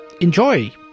Enjoy